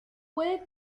puede